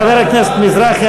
חבר הכנסת מזרחי,